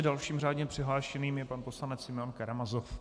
Dalším řádně přihlášeným je pan poslanec Simeon Karamazov.